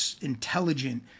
intelligent